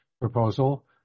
proposal